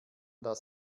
das